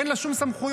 אין לה שום סמכויות,